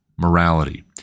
morality